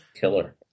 killer